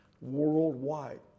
worldwide